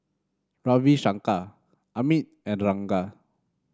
Ravi Shankar Amit and the Ranga